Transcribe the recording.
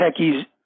techies